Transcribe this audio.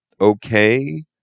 okay